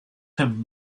him